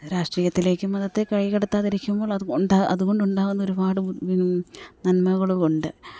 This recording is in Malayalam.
രാഷ്ട്രീയത്തിലേക്ക് മതത്തെ കൈ കടത്താതിരിക്കുമ്പോൾ അതു കൊണ്ടാകുന്ന അതുകൊണ്ടുണ്ടാകുന്ന ഒരുപാട് നന്മകളുമുണ്ട്